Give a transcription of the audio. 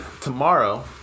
tomorrow